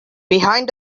behind